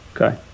Okay